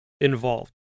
involved